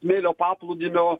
smėlio paplūdimio